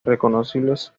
reconocibles